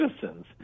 citizens